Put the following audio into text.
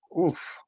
Oof